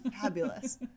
fabulous